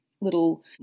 little